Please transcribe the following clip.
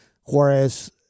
whereas